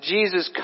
Jesus